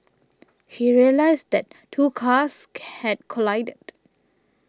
he realised that two cars had collided